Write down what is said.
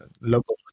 local